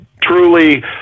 truly